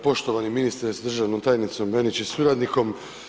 Poštovani ministre s državnom tajnicom ... i suradnikom.